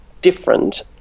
different